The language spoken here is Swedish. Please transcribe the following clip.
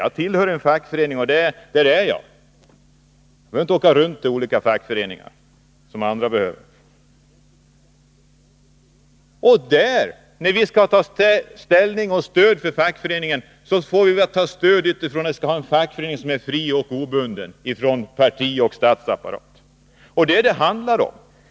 Jag tillhör en fackförening, och där stannar jag. När vi skall ta ställning där, vill vi att vår fackförening skall vara fri och obunden från parti och stat. Det är ju vad det handlar om.